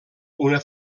una